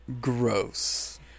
gross